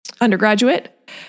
undergraduate